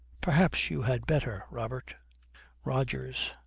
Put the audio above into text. perhaps you had better, robert rogers.